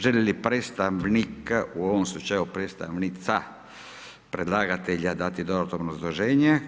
Želi li predstavnik u ovom slučaju predstavnica predlagatelja dati dodatno obrazloženje?